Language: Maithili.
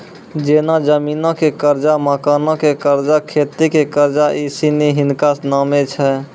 जेना जमीनो के कर्जा, मकानो के कर्जा, खेती के कर्जा इ सिनी हिनका नामे छै